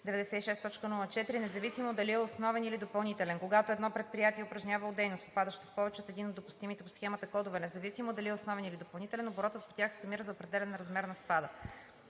96.04 независимо дали е основен или допълнителен. Когато едно предприятие е упражнявало дейност, попадаща в повече от един от допустимите по схемата кодове, независимо дали е основен или допълнителен, оборотът по тях се сумира за определяне на размера на спада.